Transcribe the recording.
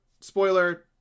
spoiler